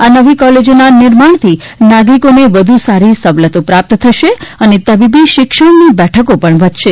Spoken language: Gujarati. આ નવી કોલેજોના નિર્માણથી નાગરિકોને વધુ સારી સવલતો પ્રાપ્ત થશે અને તબીબી શિક્ષણની બેઠકો પણ વધશે